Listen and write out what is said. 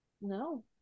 No